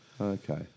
okay